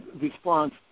response